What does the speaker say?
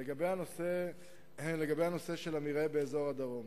לגבי הנושא של המרעה באזור הדרום,